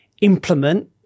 Implement